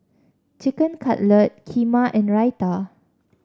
Chicken Cutlet Kheema and Raita